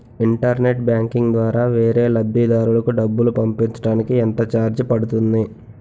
Internet banking ద్వారా వేరే లబ్ధిదారులకు డబ్బులు పంపించటానికి ఎంత ఛార్జ్ పడుతుంది?